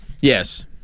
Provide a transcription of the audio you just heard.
Yes